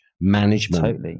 management